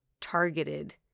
targeted